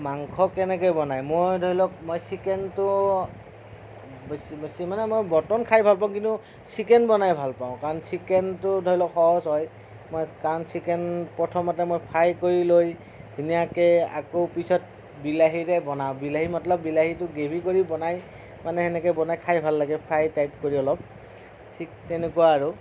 মাংস কেনেকৈ বনায় মই ধৰি লওক মই ছিকেনটো বেছি বেছি মানে মই মটন খাই ভাল পাওঁ কিন্তু ছিকেন বনাই ভাল পাওঁ কাৰণ ছিকেনটো ধৰি লওক সহজ হয় মই কাৰণ ছিকেন প্ৰথমতে মই ফ্ৰাই কৰি লৈ ধুনীয়াকৈ আকৌ পিছত বিলাহীৰে বনাওঁ বিলাহী মতলব বিলাহীটো গ্ৰেভি কৰি বনাই মানে সেনেকৈ বনাই খাই ভাল লাগে ফ্ৰাই টাইপ কৰি অলপ ঠিক তেনেকুৱা আৰু